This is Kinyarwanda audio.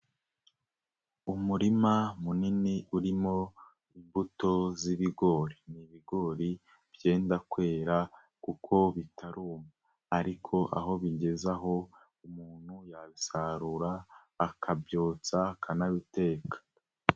Umurima munini urimo imbuto z'ibigori. N'ibigori byenda kwera kuko bitaruma. Ariko aho bigeze aho, umuntu yabisarura akabyotsa akanabiteka.